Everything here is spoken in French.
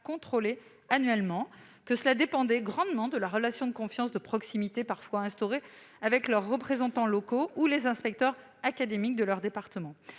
contrôlées annuellement, que cela dépendait grandement de la relation de confiance ou de proximité qu'elles avaient instaurée avec leurs représentants locaux ou les inspecteurs académiques de leur département.